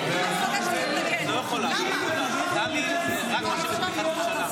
אי-אפשר יותר עם סתימת הפיות הממוסדת והלא-ספונטנית לחברי הכנסת הערבים.